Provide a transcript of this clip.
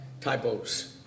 typos